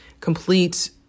complete